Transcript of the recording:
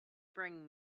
bring